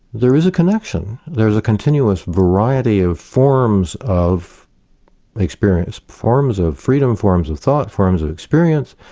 there is a connection. there is a continuous variety of forms of experience, forms of freedom, forms of thought, forms of experience,